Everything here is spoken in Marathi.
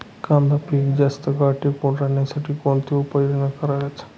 कांदा पीक जास्त काळ टिकून राहण्यासाठी कोणत्या उपाययोजना कराव्यात?